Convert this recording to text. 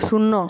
শূন্য